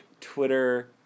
Twitter